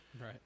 Right